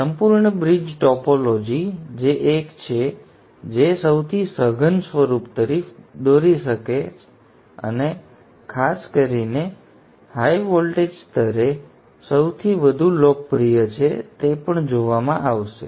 સંપૂર્ણ bridge topology જે એક છે જે સૌથી સઘન સ્વરૂપ તરફ દોરી શકે છે અને ખાસ કરીને ઉચ્ચ વોટેજ સ્તરે સૌથી વધુ લોકપ્રિય છે તે પણ જોવામાં આવશે